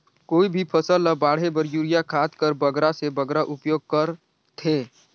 कोई भी फसल ल बाढ़े बर युरिया खाद कर बगरा से बगरा उपयोग कर थें?